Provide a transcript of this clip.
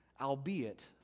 albeit